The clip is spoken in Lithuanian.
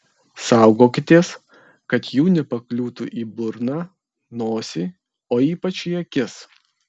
saugokitės kad jų nepakliūtų į burną nosį o ypač į akis